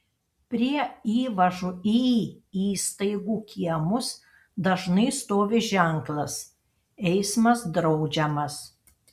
prie įvažų į įstaigų kiemus dažnai stovi ženklas eismas draudžiamas